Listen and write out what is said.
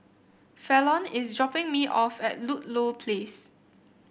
Fallon is dropping me off at Ludlow Place